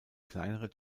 kleinere